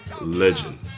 legend